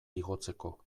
igotzeko